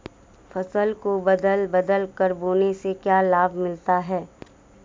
फसल को बदल बदल कर बोने से क्या लाभ मिलता है?